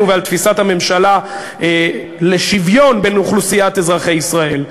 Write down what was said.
ועל תפיסת הממשלה לשוויון בקרב אוכלוסיית אזרחי ישראל,